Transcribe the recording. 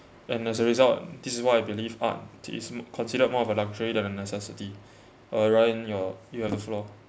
and as a result this is why I believe art is considered more of a luxury than a necessity uh ryan your you have the floor